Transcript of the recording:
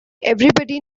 everybody